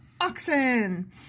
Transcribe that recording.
oxen